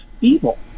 evil